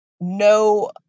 no